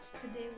Today